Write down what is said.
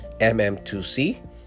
mm2c